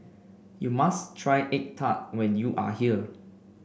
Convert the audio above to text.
you must try egg tart when you are here